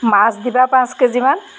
মাছ দিবা পাঁচ কেজিমান